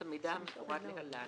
את המידע המפורט להלן: